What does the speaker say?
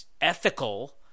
ethical